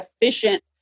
efficient